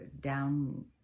down